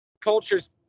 cultures